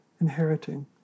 inheriting